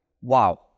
wow